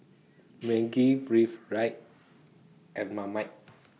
Maggi Breathe Right and Marmite